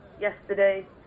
yesterday